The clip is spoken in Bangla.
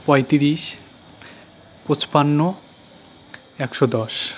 পঁয়ত্রিশ পঞ্চান্ন একশো দশ